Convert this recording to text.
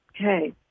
Okay